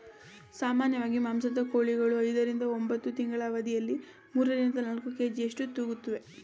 ಸಾಮಾನ್ಯವಾಗಿ ಮಾಂಸದ ಕೋಳಿಗಳು ಐದರಿಂದ ಒಂಬತ್ತು ತಿಂಗಳ ಅವಧಿಯಲ್ಲಿ ಮೂರರಿಂದ ನಾಲ್ಕು ಕೆ.ಜಿಯಷ್ಟು ತೂಗುತ್ತುವೆ